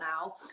now